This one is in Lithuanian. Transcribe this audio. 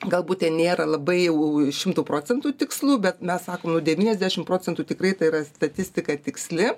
galbūt tai nėra labai jau šimtu procentų tikslu bet mes sakom nu devyniasdešimt procentų tikrai tai yra statistika tiksli